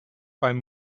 beim